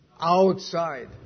Outside